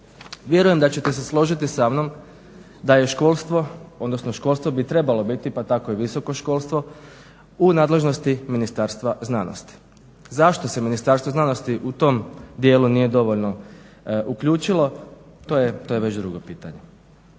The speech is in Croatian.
Vjerujem da ćete se složiti sa mnom da je školstvo odnosno školstvo bi trebalo biti pa tako i visoko školstvo u nadležnosti Ministarstva znanosti. Zašto se Ministarstvo znanosti u tom dijelu nije dovoljno uključilo? To je već drugo pitanje.